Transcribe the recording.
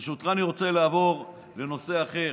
ברשותך, אני רוצה לעבור לנושא אחר.